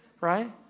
right